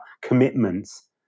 commitments